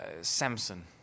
samson